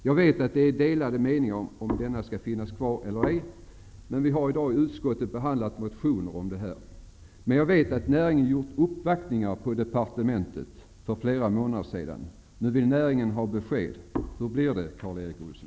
Jag vet att det förekommer delade meningar om den skall finnas kvar eller ej, men vi har i dag i utskottet behandlat motioner om detta och jag vet att näringen gjort uppvaktningar på departementet för flera månader sedan. Nu vill näringen ha besked: Hur blir det, Karl Erik Olsson?